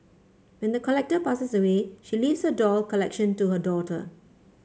when the collector passes away she leaves her doll collection to her daughter